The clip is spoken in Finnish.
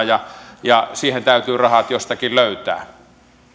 ja ja siihen täytyy rahat jostakin löytää